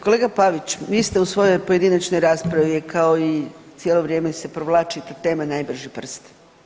Kolega Pavić, vi ste u svojoj pojedinačnoj raspravi, kao i cijelo vrijeme se provlači tema najbrži prst.